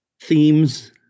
themes